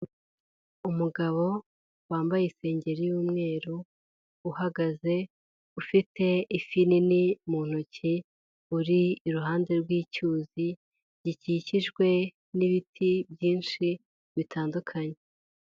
Umugabo wambaye isengeri y'umweru, uhagaze ufite ifi nini mu ntoki, uri iruhande rw'icyuzi, gikikijwe n'ibiti byinshi bitandukanye.